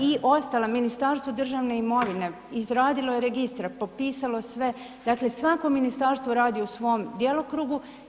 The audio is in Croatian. I ostala, Ministarstvo državne imovine izradilo je registar, popisalo sve, dakle svako ministarstvo radi u svom djelokrugu.